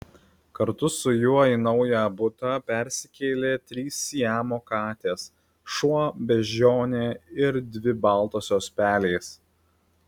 kartu su juo į naują butą persikėlė trys siamo katės šuo beždžionė ir dvi baltosios pelės